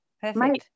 perfect